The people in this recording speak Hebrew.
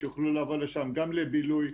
שיוכלו לבוא לשם גם לבילוי,